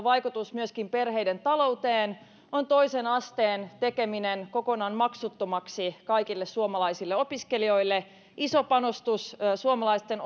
vaikutus myöskin perheiden talouteen on toisen asteen tekeminen kokonaan maksuttomaksi kaikille suomalaisille opiskelijoille se on iso panostus suomalaisten